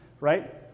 right